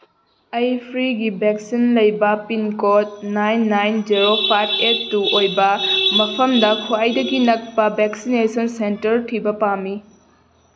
ꯑꯩ ꯐ꯭ꯔꯤꯒꯤ ꯚꯦꯛꯁꯤꯟ ꯂꯩꯕ pincode nine nine zero five eight two ꯑꯣꯏꯕ ꯃꯐꯝꯗ ꯈ꯭ꯋꯥꯏꯗꯒꯤ ꯅꯛꯄ ꯚꯦꯛꯁꯤꯅꯦꯁꯟ ꯁꯦꯟꯇꯔ ꯊꯤꯕ ꯄꯥꯝꯃꯤ